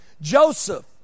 Joseph